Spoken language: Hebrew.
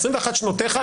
21 שנותיך,